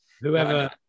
Whoever